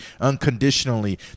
unconditionally